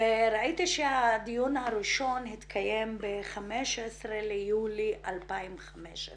ראיתי שהדיון הראשון התקיים ב-15 ביולי 2015,